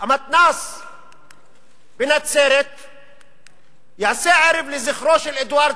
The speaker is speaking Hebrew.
המתנ"ס בנצרת יעשה ערב לזכרו של אדוארד